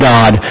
God